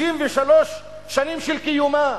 ב-63 שנים של קיומה.